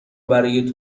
برای